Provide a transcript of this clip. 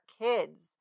kids